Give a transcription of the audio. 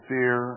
Fear